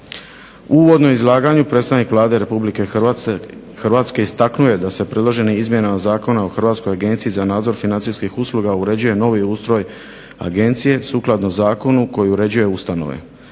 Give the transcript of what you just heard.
U uvodnom izlaganju predstavnik Vlade Republike Hrvatske istaknuo je da se predloženim izmjenama Zakona o Hrvatskoj agenciji za nadzor financijskih usluga uređuje novi ustroj agencije sukladno zakonu koji uređuje ustanove.